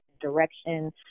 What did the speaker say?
direction